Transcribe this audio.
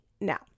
now